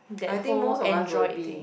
that whole Android thing